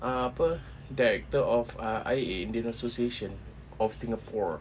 uh apa director of uh I_A indian association of singapore